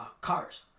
cars